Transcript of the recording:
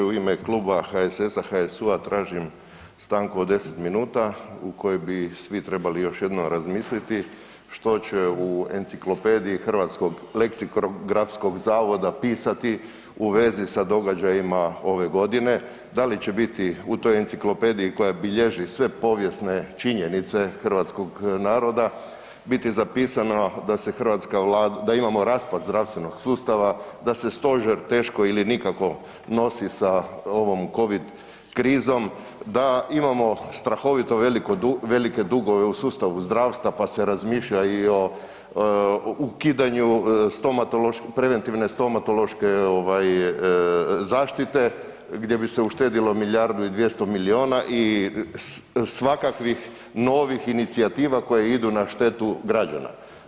U ime kluba HSS-a, HSU-a tražim stanku od 10 minuta u kojoj bi svi trebali još jednom razmisliti što će u enciklopediji Hrvatskog leksikografskog zavoda pisati u vezi sa događajima ove godine, da li će biti u toj enciklopediji koja bilježi sve povijesne činjenice hrvatskog naroda biti zapisano da imamo raspad zdravstvenog sustava, da se stožer teško ili nikako nosi sa ovom covid krizom, da imamo strahovito velike dugove u sustavu zdravstva pa se razmišlja i o ukidanju preventivne stomatološke ovaj zaštite gdje bi se uštedjelo milijardu i 200 milijuna i svakakvih novih inicijativa koje idu na štetu građana.